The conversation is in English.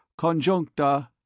conjuncta